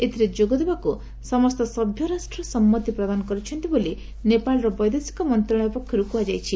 ଏଥିରେ ଯୋଗଦେବାକୁ ସମସ୍ତ ସଭ୍ୟରାଷ୍ଟ୍ର ସମ୍ମତି ପ୍ରଦାନ କରିଛନ୍ତି ବୋଲି ନେପାଳର ବୈଦେଶିକ ମନ୍ତ୍ରଶାଳୟ ପକ୍ଷରୁ କୁହାଯାଇଛି